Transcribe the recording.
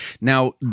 now